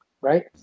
right